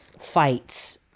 fights